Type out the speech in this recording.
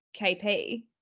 KP